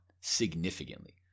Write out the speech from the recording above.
Significantly